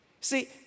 See